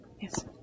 Yes